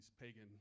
pagan